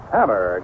Hammer